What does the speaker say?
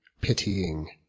Pitying